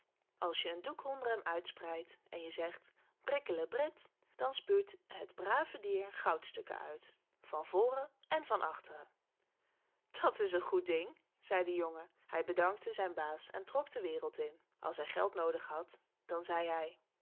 als je een doek onder hem uitspreidt en je zegt brikklebrit dan spuwt het brave dier goudstukken uit van voren en van achteren dat is een goed ding zei de jongen hij bedankte zijn baas en trok de wereld in als hij geld noodig had dan zei hij